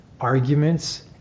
arguments